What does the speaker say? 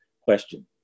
question